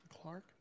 Clark